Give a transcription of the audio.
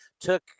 took